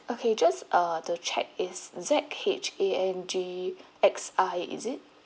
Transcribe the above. okay just err to check is Z H A N G X I is it